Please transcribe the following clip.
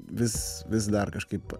vis vis dar kažkaip